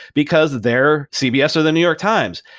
because they're cbs or the new york times.